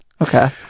okay